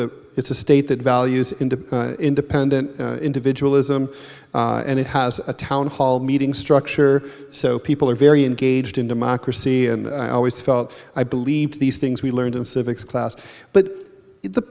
a it's a state that values into independent individual ism and it has a town hall meeting structure so people are very engaged in democracy and i always felt i believed these things we learned in civics class but the